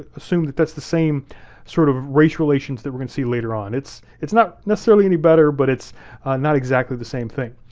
assume that that's the same sort of race relations that we're gonna see later on. it's it's not necessarily any better, but it's not exactly the same thing.